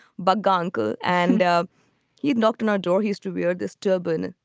but goncourt. and ah he'd knocked on our door, his treebeard, this turban.